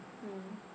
mm